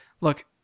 Look